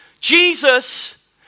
Jesus